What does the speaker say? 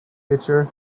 picture